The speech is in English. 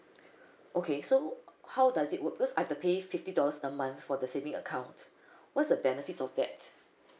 okay so how does it work because I've to pay fifty dollars a month for the saving account what's the benefits of that